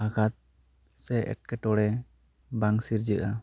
ᱟᱠᱟᱴ ᱥᱮ ᱮᱴᱠᱮᱴᱚᱬᱮ ᱵᱟᱝ ᱥᱤᱨᱡᱟᱹᱜᱼᱟ